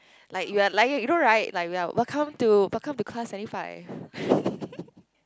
like you're like you know right like we're welcome to welcome to class ninety five